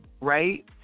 right